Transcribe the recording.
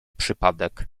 przypadek